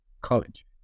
college